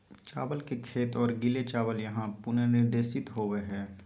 चावल के खेत और गीले चावल यहां पुनर्निर्देशित होबैय हइ